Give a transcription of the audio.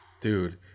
Dude